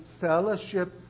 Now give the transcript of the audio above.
fellowship